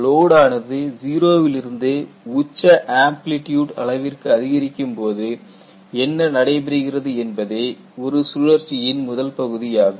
load ஆனது 0 விலிருந்து உச்ச ஆம்ப்லிட்யூட் அளவிற்கு அதிகரிக்கும்போது என்ன நடைபெறுகிறது என்பதே ஒரு ஒரு சுழற்சியின் முதல் பகுதி ஆகும்